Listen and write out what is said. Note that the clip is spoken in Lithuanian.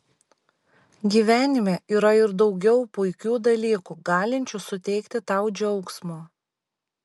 gyvenime yra ir daugiau puikių dalykų galinčių suteikti tau džiaugsmo